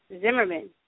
Zimmerman